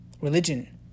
religion